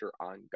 on